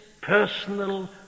personal